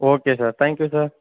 okay sir thank you sir